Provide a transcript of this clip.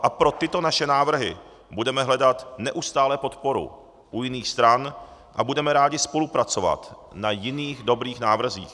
A pro tyto naše návrhy budeme hledat neustále podporu u jiných stran a budeme rádi spolupracovat na jiných dobrých návrzích.